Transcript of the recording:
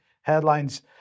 headlines